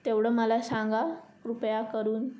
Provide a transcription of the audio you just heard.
तेवढं मला सांगा कृपया करून